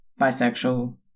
bisexual